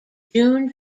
june